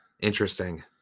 Interesting